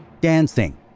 dancing